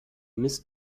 misst